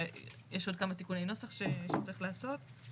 ויש עוד כמה תיקוני נוסח שצריך לעשות.